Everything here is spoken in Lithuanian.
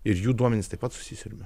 ir jų duomenis taip pat susisiurbiam